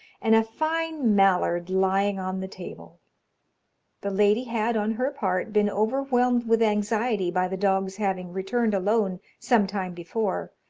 and a fine mallard lying on the table the lady had, on her part, been overwhelmed with anxiety by the dog's having returned alone some time before,